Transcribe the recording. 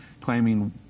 claiming